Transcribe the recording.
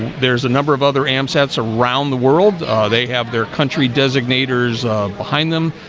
there's a number of other am sets around the world they have their country designators behind them.